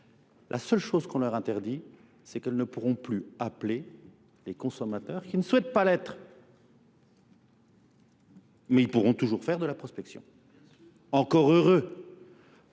La seule chose qu'on leur interdit, c'est qu'elles ne pourront plus appeler les consommateurs qui ne souhaitent pas l'être. Mais ils pourront toujours faire de la prospection. Encore heureux.